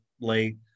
late